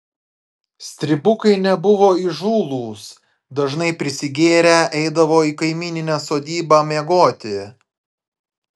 stribukai nebuvo įžūlūs dažnai prisigėrę eidavo į kaimyninę sodybą miegoti